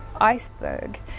iceberg